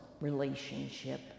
relationship